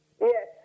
Yes